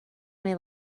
may